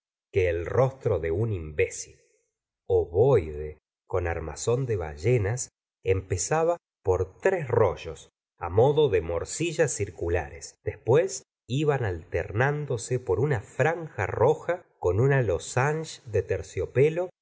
que el rostro de un imbécil ovoide con armazón de ballenas empezaba por tres rollos modo de morcillas circulares después iban alternándose por una franja roja con un losange de terciopelo